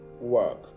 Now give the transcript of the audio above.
work